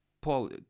paul